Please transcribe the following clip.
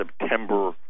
September